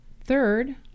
Third